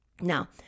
Now